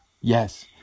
Yes